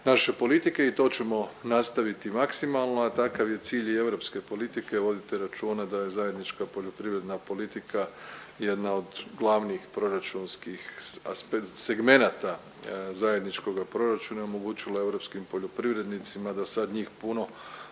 naše politike i to ćemo nastaviti maksimalno, a takav je cilj i europske politike. Vodite računa da je zajednička poljoprivredna politika jedna od glavnih proračunskim aspe… segmenata zajedničkoga proračuna omogućila europskim poljoprivrednicima da sad njih puno